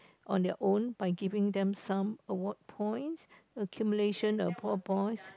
on their own by giving them some award points accumulation award points